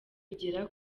bigera